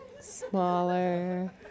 smaller